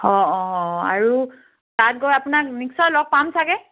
অঁ অঁ আৰু তাত গৈ আপোনাক নিশ্চয় লগ পাম চাগৈ